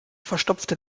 verstopfte